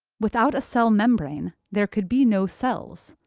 without a cell membrane, there could be no cells,